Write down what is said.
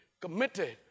committed